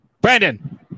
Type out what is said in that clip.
brandon